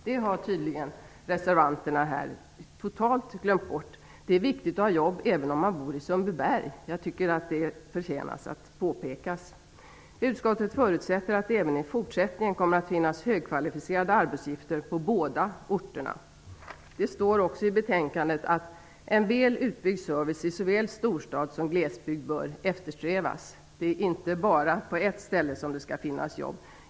Det har tydligen reservanterna totalt glömt bort. Det är viktigt att ha jobb även om man bor i Sundbyberg. Det förtjänas att påpekas. Utskottet förutsätter att det även i fortsättningen kommer att finnas högkvalificerade arbetsuppgifter på båda orterna. Det står också i betänkandet "att en väl utbyggd service i såväl storstad som glesbygd bör eftersträvas". Det är inte bara på ett ställe som det skall finnas jobb.